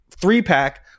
three-pack